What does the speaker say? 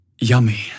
yummy